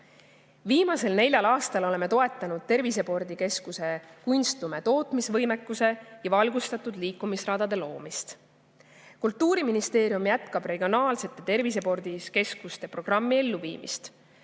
Viimasel neljal aastal oleme toetanud tervisespordikeskuse kunstlume tootmise võimekuse ja valgustatud liikumisradade loomist. Kultuuriministeerium jätkab regionaalsete tervisespordikeskuste programmi elluviimist.